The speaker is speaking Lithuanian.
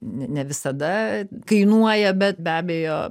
ne visada kainuoja bet be abejo